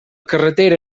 carretera